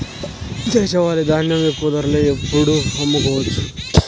దేశవాలి ధాన్యం ఎక్కువ ధరలో ఎప్పుడు అమ్ముకోవచ్చు?